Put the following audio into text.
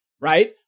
right